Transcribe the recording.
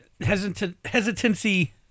hesitancy